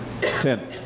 Ten